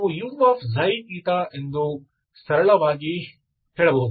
ನೀವು u ಎಂದು ಸರಳವಾಗಿ ಹೇಳಬಹುದು